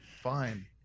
fine